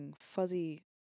fuzzy